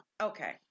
Okay